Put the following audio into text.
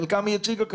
את חלקן היא כבר הציגה.